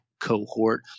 cohort